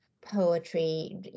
poetry